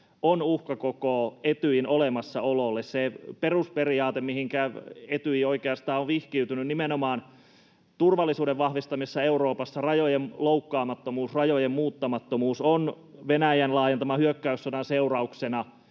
on uhka koko Etyjin olemassaololle. Se perusperiaate, mihinkä Etyj oikeastaan on vihkiytynyt nimenomaan turvallisuuden vahvistamisessa Euroopassa — rajojen loukkaamattomuus, rajojen muuttamattomuus — on Venäjän laajentaman hyökkäyssodan seurauksena